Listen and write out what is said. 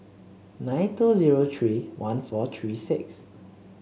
nine two zero three one four three six